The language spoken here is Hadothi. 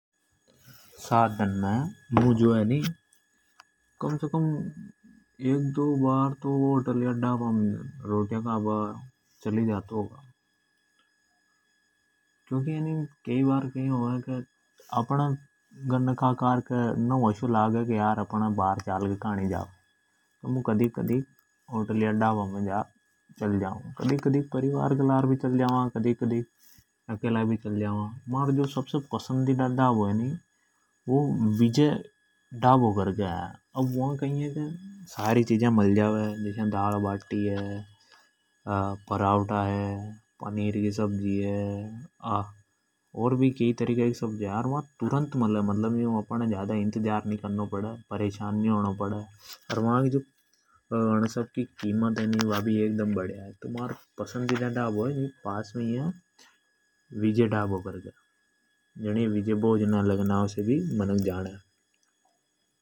सात दन मुं एक बार तो रोटी या खाबा तो होटल या ढाबा मे चल ही जा तो होगा। कई बार घर ने खाकार के अपण अ अस्यो लागे की एक बार बार चाल के खा लेणी छा। कदीक कदीक परिवार के लारे तो कदीक अकेला चल जावा। महारो पसंदीदा ढाबा है जो है वु विजय भोजनालय करके है। वा सारी चिजा मलजा जसा की दाल बाटी पनीर की सब्जी है। सब मल जा तुरंत जादा इनतजार नी करणों पड़े। वा कीमत भी बडीआ है। तो महारो पसंदीदा ढाबों है विजय ढाबों करके जणी ये विजय भोजनालय के नाम से भी जाने।